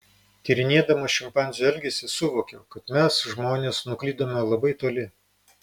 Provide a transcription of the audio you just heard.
tyrinėdama šimpanzių elgesį suvokiau kad mes žmonės nuklydome labai toli